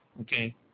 okay